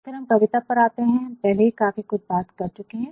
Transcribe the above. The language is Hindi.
फिर हम कविता पर आते है हम पहले ही काफी कुछ बात कर चुके है